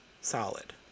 solid